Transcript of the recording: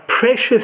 precious